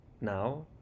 now